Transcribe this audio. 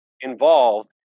involved